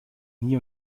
nie